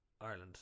Ireland